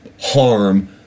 harm